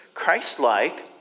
christ-like